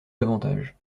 d’avantages